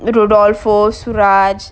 rudol fo suraj